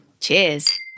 Cheers